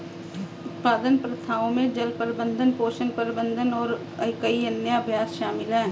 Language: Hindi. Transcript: उत्पादन प्रथाओं में जल प्रबंधन, पोषण प्रबंधन और कई अन्य अभ्यास शामिल हैं